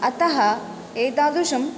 अतः एतादृशं